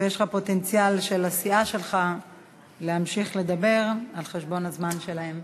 יש פוטנציאל של הסיעה שלך להמשיך לדבר על חשבון הזמן שלהם.